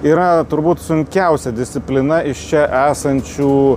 yra turbūt sunkiausia disciplina iš čia esančių